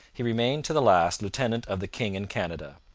he remained to the last lieutenant of the king in canada.